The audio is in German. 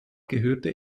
gehörte